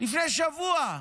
לפני שבוע.